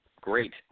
great